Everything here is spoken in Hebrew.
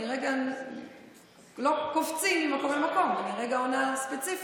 לא קופצים ממקום למקום, אני עונה ספציפית.